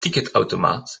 ticketautomaat